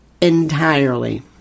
entirely